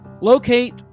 locate